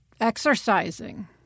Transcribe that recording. exercising